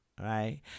right